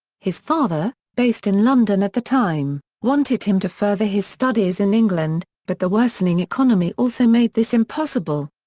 his father, based in london at the time, wanted him to further his studies in england, but the worsening economy also made this impossible.